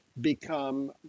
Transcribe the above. become